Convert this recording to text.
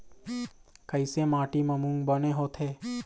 कइसे माटी म मूंग बने होथे?